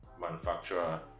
manufacturer